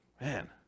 man